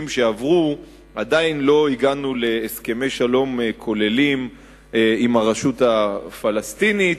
שעברו עדיין לא הגענו להסכמי שלום כוללים עם הרשות הפלסטינית,